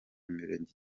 mirenge